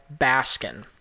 Baskin